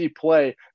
play